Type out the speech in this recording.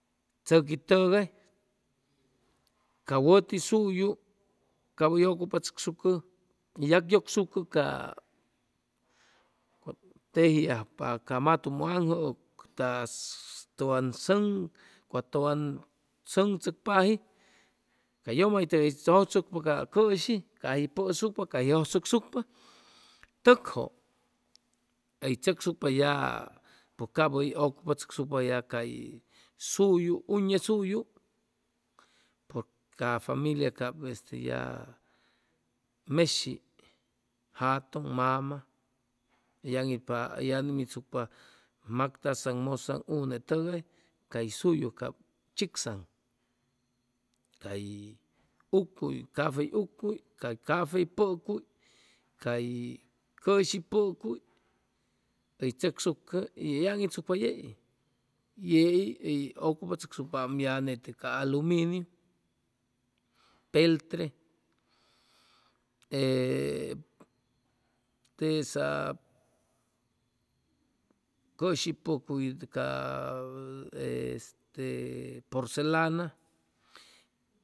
Tzʉqui tʉgay ca wʉti suyʉ cap hʉy ʉcupachʉcsucʉ hʉy yagyʉsucʉ ca teji ajpa ca matumʉ aŋjʉ tʉwan sʉŋ sʉŋ tzʉcpaji ca yʉmaytʉg hʉy tzʉcpa ca cʉhi caji hʉy pʉsucpa ca tʉkjʉ h}ʉy tzʉcsucpa ya pʉj cap hʉy ʉcupachʉcsucpa ya hʉy suyu uñe suyiu ca familia cap este ya meshi jatʉŋ, mama hʉy aŋitpa, hʉy aŋitsucpa mactazaŋ, mʉsaŋ unetʉgay cay suyu cap chiczaŋ cay uqcuy cafey uqcuy cay cafey pʉcuy cay cʉshi pʉcuy hʉy tzʉcsucʉ y hʉy aŋitsucpa yei yei ʉcupachʉcsucpam ya nete ca aluminiu, peltre ee tesa cʉshi pʉcuy ca este porselana